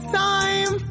time